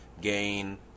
gain